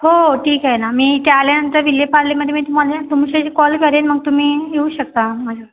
हो हो ठीक आहे ना मी त्या आल्यानंतर विलेपार्लेमध्ये मी तुम्हाला तुमचे कॉल करेन मग तुम्ही येऊ शकता माझ्या